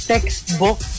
textbook